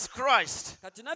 Christ